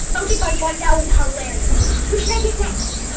okay, fun squad, that was hilarious. who should i get next?